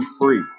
free